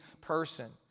person